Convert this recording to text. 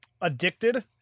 addicted